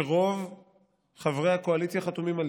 שרוב חברי הקואליציה חתומים עליה,